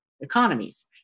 economies